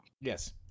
Yes